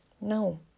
No